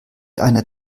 einer